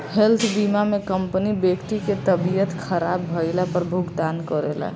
health बीमा में company व्यक्ति के तबियत ख़राब भईला पर भुगतान करेला